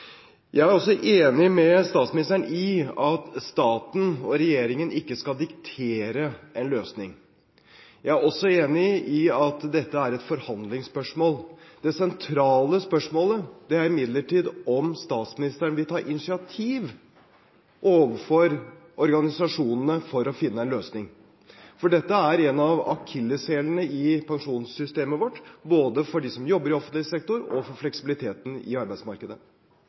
Jeg er enig med statsministeren i at staten og regjeringen ikke skal diktere en løsning. Jeg er også enig i at dette er et forhandlingsspørsmål. Det sentrale spørsmålet er imidlertid om statsministeren vil ta initiativ overfor organisasjonene for å finne en løsning, for dette er en av akilleshælene i pensjonssystemet vårt, både for dem som jobber i offentlig sektor og for fleksibiliteten i arbeidsmarkedet.